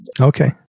Okay